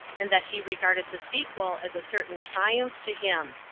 and that he regarded the sequel as a certain triumph to him.